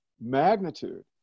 magnitude